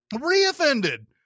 re-offended